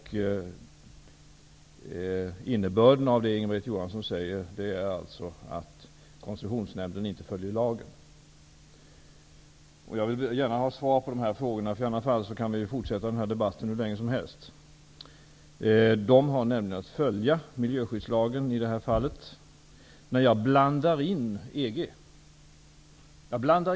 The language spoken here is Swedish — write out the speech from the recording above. Innebörden av det Inga-Britt Johansson säger är alltså att Konsessionsnämnden inte följer lagen. Jag vill gärna ha svar på den här frågan. I annat fall kan vi fortsätta denna debatt hur länge som helst. Konsessionsnämnden har nämligen att följa miljöskyddslagen i det här fallet. Jag blandar inte in EG.